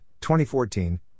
2014